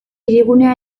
hirigunea